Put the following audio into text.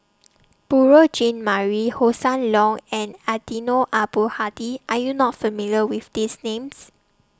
Beurel Jean Marie Hossan Leong and Eddino Abdul Hadi Are YOU not familiar with These Names